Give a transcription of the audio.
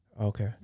Okay